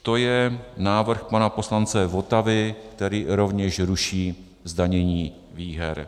To je návrh pana poslance Votavy, který rovněž ruší zdanění výher.